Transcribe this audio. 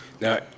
Now